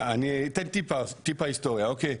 אתן טיפה היסטוריה אוקי?